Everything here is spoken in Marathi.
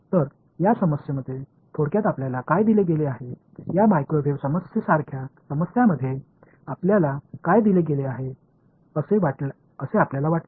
तर या समस्येमध्ये थोडक्यात आपल्याला काय दिले गेले आहे या मायक्रोवेव्ह समस्येसारख्या समस्येमध्ये आपल्याला काय दिले गेले आहे असे आपल्याला वाटते